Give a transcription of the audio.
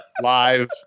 live